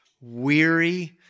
weary